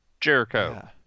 Jericho